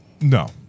No